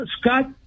Scott